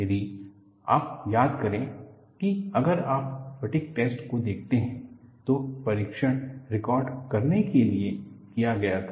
यदि आप याद करे कि अगर आप फटिग टैस्ट को देखते हैं तो परीक्षण रिकॉर्ड करने के लिए किया गया था